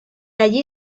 allí